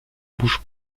bouge